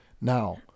Now